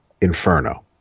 inferno